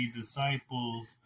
disciples